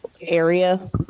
area